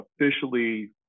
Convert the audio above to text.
officially